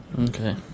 Okay